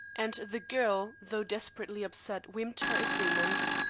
and the girl, though desperately upset, whimpered her agreement.